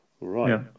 right